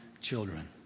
children